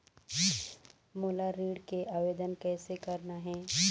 मोला ऋण के आवेदन कैसे करना हे?